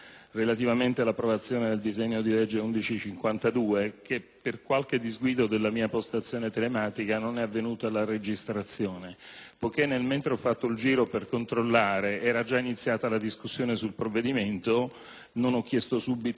per qualche disguido della mia postazione telematica non è stata registrata. Nel mentre ho fatto il controllo era già iniziata la discussione sul provvedimento; non ho chiesto subito la parola ma ho fatto rilevare agli Uffici preposti